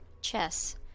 chess